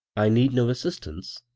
i need no as sistance,